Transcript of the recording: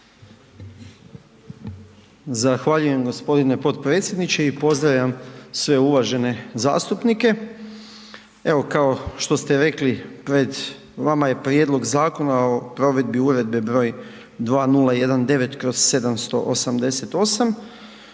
Zahvaljujem g. potpredsjedniče i pozdravljam sve uvažene zastupnike. Evo kao što ste rekli pred vama je Prijedlog zakona o provedbi Uredbe br. 2019/788